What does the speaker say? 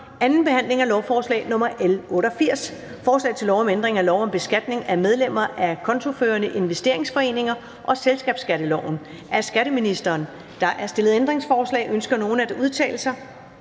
2. behandling af lovforslag nr. L 88: Forslag til lov om ændring af lov om beskatning af medlemmer af kontoførende investeringsforeninger og selskabsskatteloven. (Udbyttebeskatning af visse udbetalinger